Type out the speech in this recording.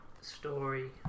story